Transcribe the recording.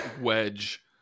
wedge